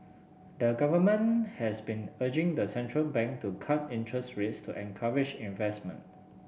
the government has been urging the central bank to cut interest rates to encourage investment